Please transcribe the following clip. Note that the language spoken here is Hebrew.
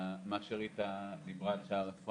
מה שריטה דיברה על שער אפרים,